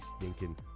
stinking